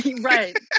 Right